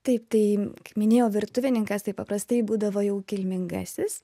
taip tai kaip minėjau virtuvininkas tai paprastai būdavo jau kilmingasis